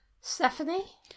Stephanie